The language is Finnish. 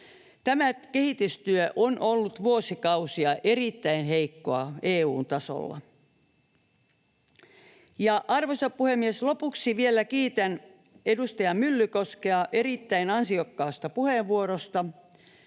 Tämä kehitystyö on ollut vuosikausia erittäin heikkoa EU:n tasolla. Arvoisa puhemies! Lopuksi vielä kiitän edustaja Myllykoskea erittäin ansiokkaasta puheenvuorosta